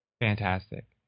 Fantastic